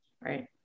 Right